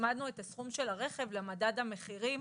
הצמדנו את הסכום של הרכב למדד המחירים